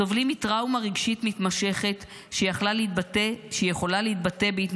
סובלים מטראומה רגשית מתמשכת שיכולה להתבטא בהתנהגויות.